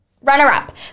runner-up